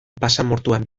basamortuan